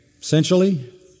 essentially